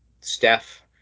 Steph